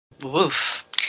Woof